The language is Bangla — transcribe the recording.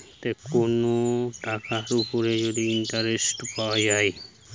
কোন টাকার উপর যদি ইন্টারেস্ট পাওয়া যায়